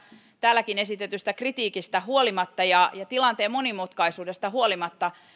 täälläkin esitetystä kritiikistä huolimatta ja tilanteen monimutkaisuudesta huolimatta